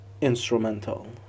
instrumental